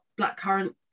blackcurrant